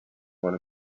one